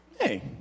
Hey